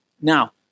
Now